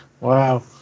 wow